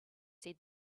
said